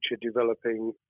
developing